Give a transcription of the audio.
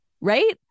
right